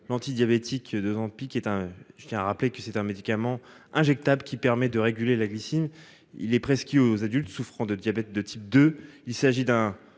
l'antidiabétique. Est hein. Je tiens à rappeler que c'était un médicament injectable qui permet de réguler la glycine. Il est presque il aux adultes souffrant de diabète de type 2,